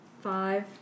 Five